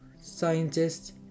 scientists